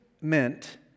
meant